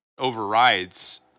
overrides